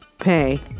pay